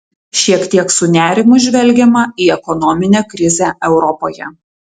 šiek tiek su nerimu žvelgiama į ekonominę krizę europoje